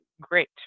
great